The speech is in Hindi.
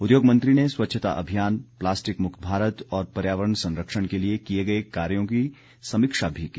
उद्योग मंत्री ने स्वच्छता अभियान प्लास्टिक मुक्त भारत और पर्यावरण संरक्षण के लिए किए गए कार्यो की समीक्षा भी की